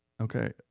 okay